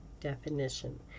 definition